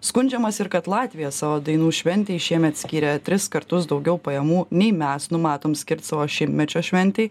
skundžiamasi ir kad latvija savo dainų šventei šiemet skiria tris kartus daugiau pajamų nei mes numatom skirt savo šimtmečio šventei